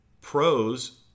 pros